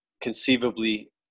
conceivably